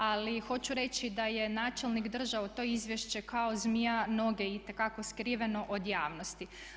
Ali hoću reći da je načelnik držao to izvješće kao zmija noge itekako skriveno od javnosti.